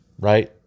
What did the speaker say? Right